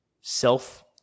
self